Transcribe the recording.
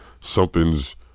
something's